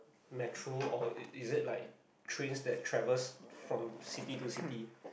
metro or is it like trains that travels from city to city